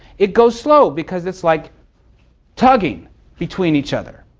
it goes slow, because it's like tugging between each other,